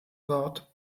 wort